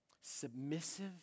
submissive